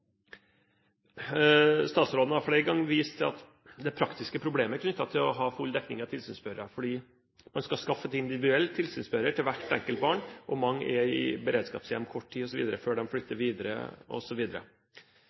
Statsråden har flere ganger vist til at det er praktiske problemer knyttet til det å ha full dekning av tilsynsførere, fordi man skal skaffe individuell tilsynsfører til hvert enkelt barn, og mange er i beredskapshjem i kort tid før